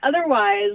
otherwise